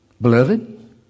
Beloved